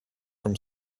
from